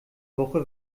woche